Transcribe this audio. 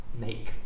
make